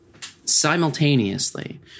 simultaneously